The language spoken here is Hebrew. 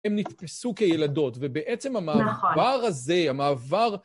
הם נתפסו כילדות, ובעצם, נכון, המעבר הזה, המעבר...